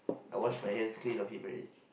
I wash my hands clean off him already